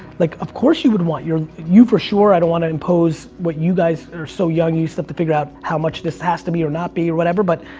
like of course you would want your, you for sure, i don't want to impose what you guys are so young, you still have to figure out how much this has to be or not be or whatever but,